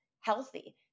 healthy